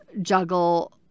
juggle